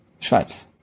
Schweiz